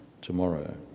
tomorrow